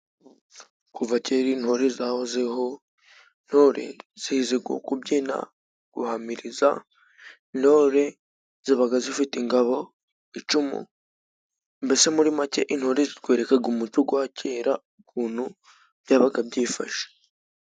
Kuva kera intore zahozeho, ntore zizi kubyina, guhamiriza. Intore zabaga zifite ingabo, icumu mbese muri make intore zitwerekaga umuco gwa kera ukuntu byabaga byifashe.